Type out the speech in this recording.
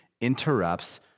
interrupts